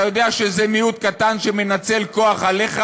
אתה יודע שזה מיעוט קטן שמנצל כוח עליך